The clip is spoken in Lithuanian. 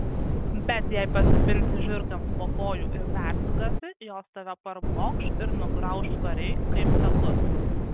bet jei pasipinsi žiurkėms po kojų ir persigąsi jos tave parblokš ir nugrauš švariai kaip takus